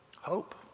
Hope